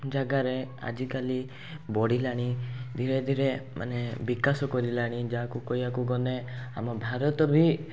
ଜାଗାରେ ଆଜିକାଲି ବଢ଼ିଲାଣି ଧୀରେ ଧୀରେ ମାନେ ବିକାଶ କରିଲାଣି ଯାହାକୁ କହିବାକୁ ଗଲେ ଆମ ଭାରତ ଭି